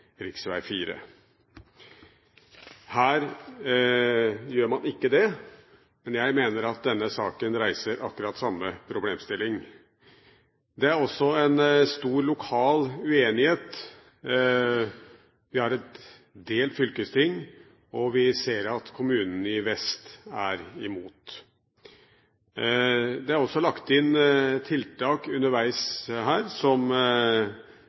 Her gjør man ikke det, men jeg mener at denne saken reiser akkurat samme problemstilling. Det er også stor lokal uenighet. Vi har et delt fylkesting, og vi ser at kommunene i vest er imot. Det er også lagt inn tiltak underveis her som